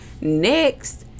next